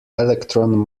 electron